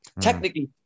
Technically